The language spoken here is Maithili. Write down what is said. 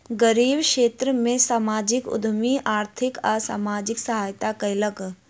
गरीब क्षेत्र में सामाजिक उद्यमी आर्थिक आ सामाजिक सहायता कयलक